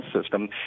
system